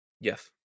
yes